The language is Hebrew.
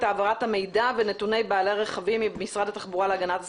העברת המידע ונתוני בעלי רכבים ממשרד התחבורה להגנת הסביבה.